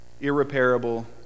irreparable